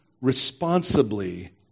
responsibly